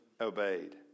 obeyed